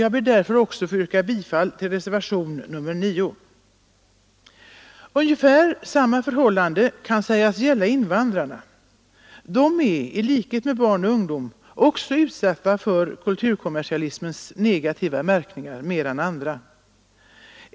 Jag ber därför också att få yrka bifall till reservationen 9. Ungefär samma förhållande kan sägas gälla invandrarna. De är i likhet med barn och ungdom mer än andra utsatta för kulturkommersialismens negativa verkningar.